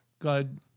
God